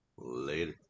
later